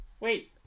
Wait